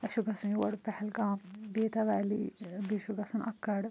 اسہِ چھُ گَژھُن یور پہلگام بیتاب ویلی ٲں بیٚیہِ چھُ گَژھُن اَکَڑ